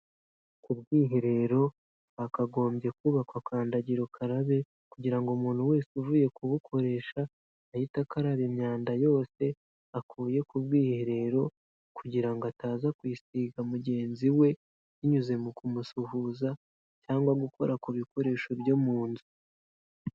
Ku bwiherero hakagombye kubakwa kandagira ukarabe kugira ngo umuntu wese uvuye kubukoresha ahite akaraba imyanda yose akuye ku bwiherero kugira ngo ataza kuyisiga mugenzi we binyuze mu kumusuhuza cyangwa gukora ku bikoresho byo mu nzu.